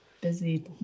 busy